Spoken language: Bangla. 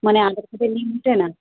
মানে আধার কার্ডে লিঙ্ক ওঠে না